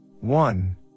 One